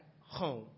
home